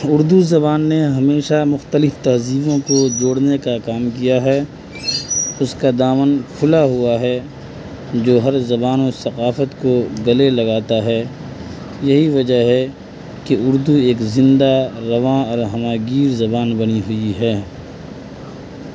اردو زبان نے ہمیشہ مختلف تہذیبوں کو جوڑنے کا کام کیا ہے اس کا دامن کھلا ہوا ہے جو ہر زبان و ثقافت کو گلے لگاتا ہے یہی وجہ ہے کہ اردو ایک زندہ رواں اور ہمہ گیر زبان بنی ہوئی ہے